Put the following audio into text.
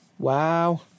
Wow